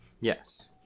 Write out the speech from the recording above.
Yes